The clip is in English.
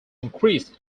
increased